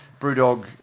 BrewDog